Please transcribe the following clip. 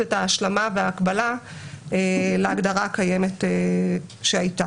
את ההשלמה ואת ההקבלה להגדרה הקיימת שהייתה.